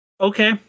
Okay